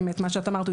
כמו שאת אמרת,